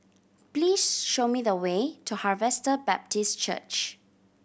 please show me the way to Harvester Baptist Church